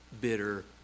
bitter